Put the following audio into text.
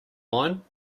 line